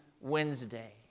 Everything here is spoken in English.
Wednesday